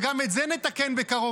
וגם את זה נתקן בקרוב,